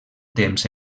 temps